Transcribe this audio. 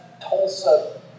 Tulsa